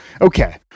Okay